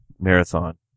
marathon